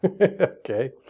Okay